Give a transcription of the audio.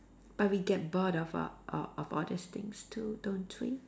but we get bored of uh uh of all these things too don't we